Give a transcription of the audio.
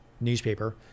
newspaper